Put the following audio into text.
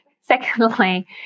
Secondly